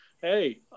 Hey